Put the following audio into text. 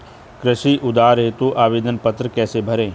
कृषि उधार हेतु आवेदन पत्र कैसे भरें?